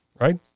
right